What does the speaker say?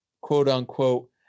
quote-unquote